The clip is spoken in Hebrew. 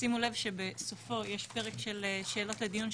שימו לב שבסופו יש פרק של שאלות לדיון,